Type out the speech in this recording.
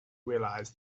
realise